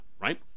right